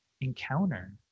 encounter